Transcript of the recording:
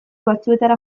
batzuetara